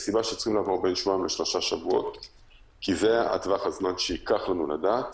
כי זה טווח הזמן שייקח לנו לדעת